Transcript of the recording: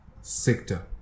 sector